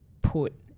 put